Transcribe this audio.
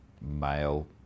male